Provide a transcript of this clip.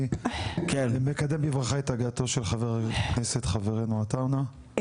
אני מקדם בברכה את הגעתו של חבר הכנסת חברינו עטאונה,